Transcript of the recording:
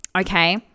okay